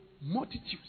multitudes